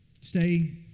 Stay